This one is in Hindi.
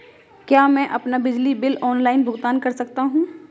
क्या मैं अपना बिजली बिल ऑनलाइन भुगतान कर सकता हूँ?